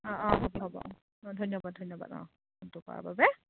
অঁ অঁ হ'ব হ'ব অঁ অঁ ধন্যবাদ ধন্যবাদ অঁ ফোনটো কৰাৰ বাবে